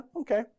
okay